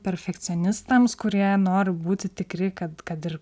perfekcionistams kurie nori būti tikri kad kad ir